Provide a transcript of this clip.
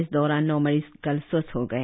इस दौरान नौ मरीज कल स्वस्थ हो गए